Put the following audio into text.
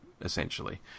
essentially